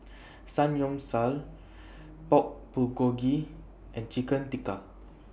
Samgyeopsal Pork Bulgogi and Chicken Tikka